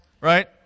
Right